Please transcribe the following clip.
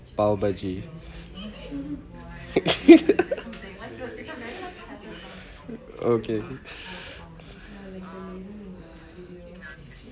powered by J okay